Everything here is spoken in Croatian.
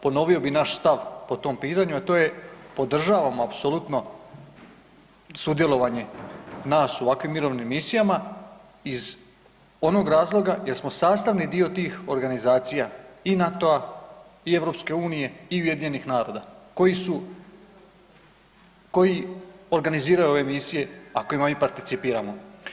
Ponovio bi naš stav po tom pitanju, a to je podržavamo apsolutno sudjelovanje nas u ovakvim mirovnim misijama iz onog razloga jer smo sastavni dio tih organizacija i NATO-a i EU i UN-a koji organiziraju ove misije, a u kojima mi participiramo.